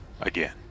again